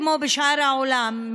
כמו בשאר העולם,